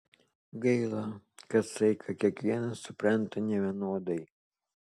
gaila kad saiką kiekvienas supranta nevienodai